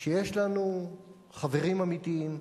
שיש לנו חברים אמיתיים,